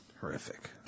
Horrific